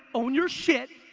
own your shit.